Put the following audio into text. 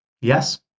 Yes